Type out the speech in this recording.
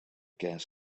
gas